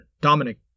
Dominic